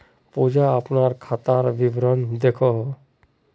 पूजा अपना खातार विवरण दखोह